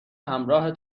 همراه